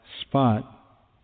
spot